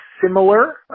similar